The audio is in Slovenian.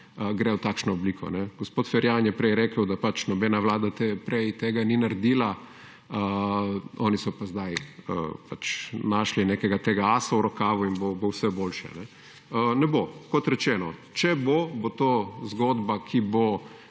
gre v takšno obliko. Gospod Ferjan je prej rekel, da nobena Vlada prej tega ni naredila, oni so pa zdaj našli nekega tega asa v rokavu in bo vse boljše. Ne bo. Kot rečeno, če bo, bo to zgodba, ki bo